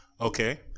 Okay